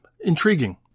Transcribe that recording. intriguing